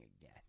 again